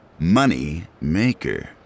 Moneymaker